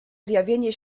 zjawienie